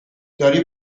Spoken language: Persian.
داری